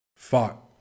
Fuck